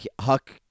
Huck